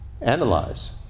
analyze